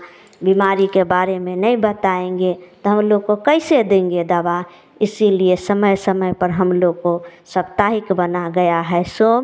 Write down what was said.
बीमारी के बारे में नय बताएँगे तो हम लोग को कैसे देंगे दवा इसीलिए समय समय पर हम लोग को सप्ताहिक बना गया है सोम